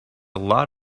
lot